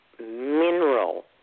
mineral